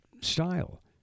style